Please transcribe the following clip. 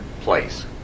place